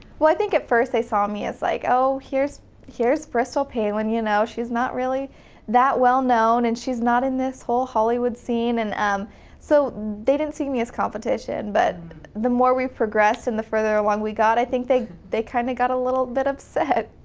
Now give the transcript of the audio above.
well, i think at first they saw me as like, oh, here's here's bristol palin. you know she's not really that well known, and she's not in this hollywood scene. and um so they didn't see me as competition. but the more we progressed, and the further along we got, i think they they kind of got a little bit upset.